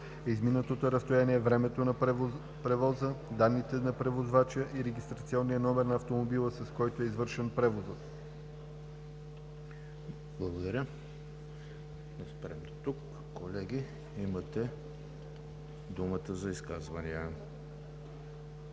изминатото разстояние, времето на превоза, данните на превозвача и регистрационния номер на автомобила, с който е извършен превозът.“ ПРЕДСЕДАТЕЛ ЕМИЛ ХРИСТОВ: Благодаря Ви. Колеги, имате думата за изказвания.